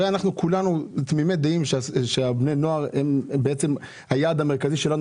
הרי כולנו תמימי דעים שבני הנוער הם היעד המרכזי שלנו